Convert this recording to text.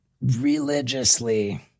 religiously